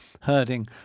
herding